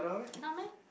cannot meh